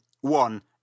one